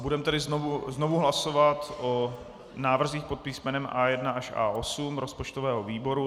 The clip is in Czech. Budeme tedy znovu hlasovat o návrzích pod písmenem A1 až A8 rozpočtového výboru.